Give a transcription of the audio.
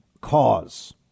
cause